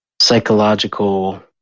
psychological